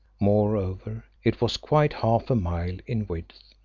moreover, it was quite half a mile in width.